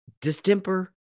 distemper